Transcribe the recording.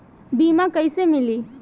बीमा कैसे मिली?